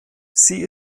sie